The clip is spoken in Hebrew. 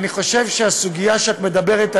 אני חושב שהסוגיה שאת מדברת עליה,